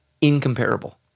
incomparable